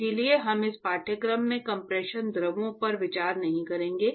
इसलिए हम इस पाठ्यक्रम में कम्प्रेशन द्रवों पर विचार नहीं करेंगे